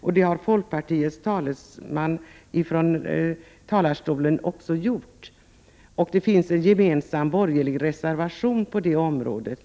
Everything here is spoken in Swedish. Det har även folkpartiets talesman gjort, och det finns en gemensam borgerlig reservation på det området.